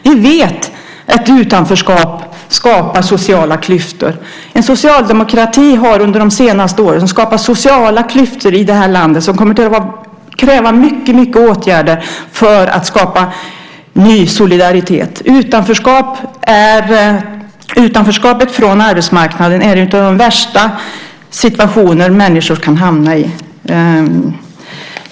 Vi vet att utanförskap skapar sociala klyftor. Er socialdemokrati har under de senaste åren skapat sociala klyftor i det här landet som kommer att kräva många åtgärder när det gäller att skapa ny solidaritet. Utanförskapet från arbetsmarknaden är en av de värsta situationer som människor kan hamna i.